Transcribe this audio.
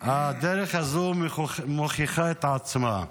הדרך הזו מוכיחה את עצמה.